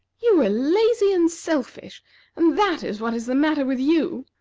you are lazy and selfish and that is what is the matter with you.